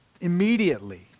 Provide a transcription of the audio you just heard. immediately